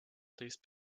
please